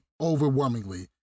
overwhelmingly